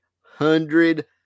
hundred